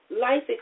life